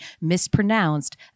mispronounced